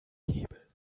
hebel